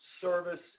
service